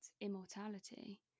immortality